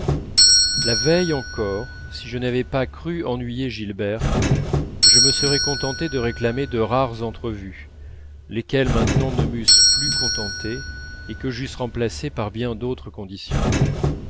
la veille encore si je n'avais pas cru ennuyer gilberte je me serais contenté de réclamer de rares entrevues lesquelles maintenant ne m'eussent plus contenté et que j'eusse remplacées par bien d'autres conditions